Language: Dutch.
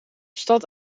stad